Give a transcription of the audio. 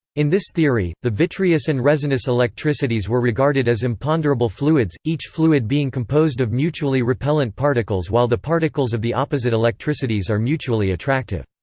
in this theory, the vitreous and resinous electricities were regarded as imponderable fluids, each fluid being composed of mutually repellent particles while the particles of the opposite electricities are mutually attractive.